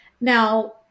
now